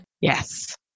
Yes